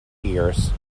years